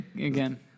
again